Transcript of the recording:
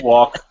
Walk